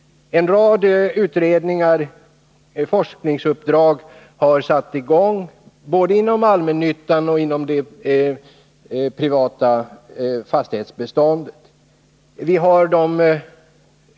En rad utredningar med forskningsuppdrag har tillsatts inom både allmännyttan och det privata fastighetsbeståndet.